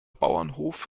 bauernhof